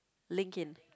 LinkedIn